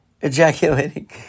ejaculating